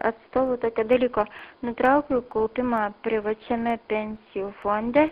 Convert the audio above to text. atstovų tokio dalyko nutraukiau kaupimą privačiame pensijų fonde